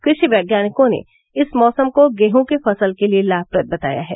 कृषि वैज्ञानिकों ने इस मौसम को गेहूं के फसल के लिये लाभप्रद बताया है